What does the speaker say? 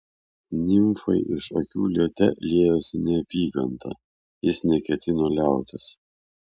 nimfai iš akių liete liejosi neapykanta jis neketino liautis